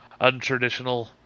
untraditional